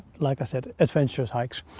like i said, adventurous hikes.